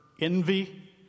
envy